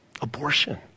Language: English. abortion